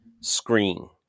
screen